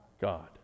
God